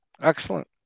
excellent